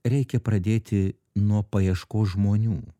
reikia pradėti nuo paieškos žmonių